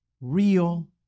real